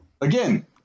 again